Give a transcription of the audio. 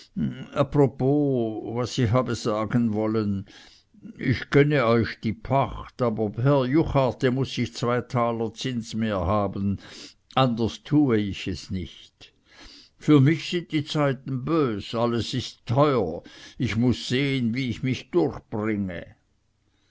apropos was ich habe sagen wollen ich gönne euch die pacht aber per jucharte muß ich zwei taler zins mehr haben anders tue ich es nicht für mich sind die zeiten bös alles ist teuer ich muß sehen wie ich mich durchbringe